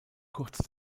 kurz